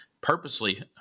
purposely